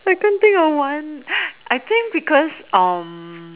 I can't think of one I think because um